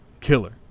Killer